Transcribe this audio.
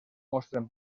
mostren